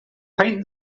paint